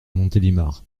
montélimar